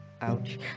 Ouch